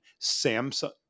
samsung